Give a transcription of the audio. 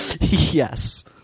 yes